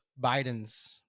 Biden's